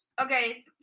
Okay